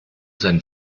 sein